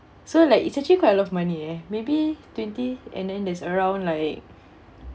so like it's actually quite a lot of money eh maybe twenty and then there's around like